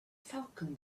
falcon